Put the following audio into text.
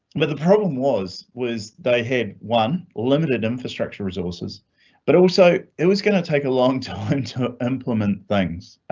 but the problem was was they had one limited infrastructure resource is but also it was going to take a long time to implement things.